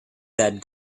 that